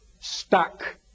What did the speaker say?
Stuck